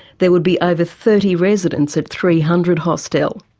there would be over thirty residents at three hundred hostel.